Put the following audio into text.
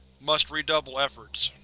must redouble efforts.